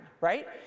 right